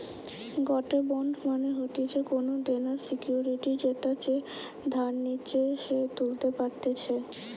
গটে বন্ড মানে হতিছে কোনো দেনার সিকুইরিটি যেটা যে ধার নিচ্ছে সে তুলতে পারতেছে